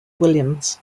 williams